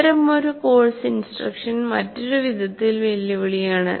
അത്തരമൊരു course instruction മറ്റൊരു വിധത്തിൽ വെല്ലുവിളിയാണ്